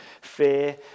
Fear